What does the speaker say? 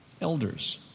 elders